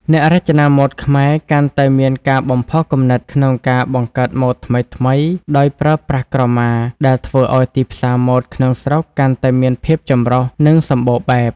អ្នករចនាម៉ូដខ្មែរកាន់តែមានការបំផុសគំនិតក្នុងការបង្កើតម៉ូដថ្មីៗដោយប្រើប្រាស់ក្រមា ដែលធ្វើឲ្យទីផ្សារម៉ូដក្នុងស្រុកកាន់តែមានភាពចម្រុះ និងសម្បូរបែប។